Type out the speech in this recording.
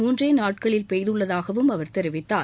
மூன்றே நாட்களில் பெய்ததாகவும் அவர் தெரிவித்தார்